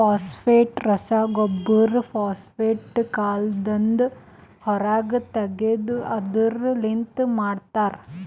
phosphate ರಸಗೊಬ್ಬರ phosphate ಕಲ್ಲದಾಂದ ಹೊರಗ್ ತೆಗೆದು ಅದುರ್ ಲಿಂತ ಮಾಡ್ತರ